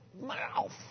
mouth